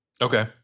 Okay